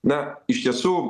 na iš tiesų